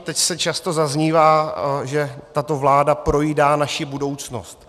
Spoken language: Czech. Teď často zaznívá, že tato vláda projídá naši budoucnost.